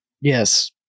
Yes